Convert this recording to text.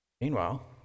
Meanwhile